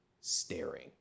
staring